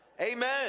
Amen